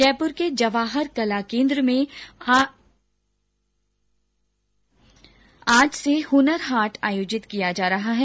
जयपुर के जवाहर कला केन्द्र में आज से हुनर हाट आयोजित किया जा रहा है